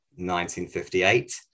1958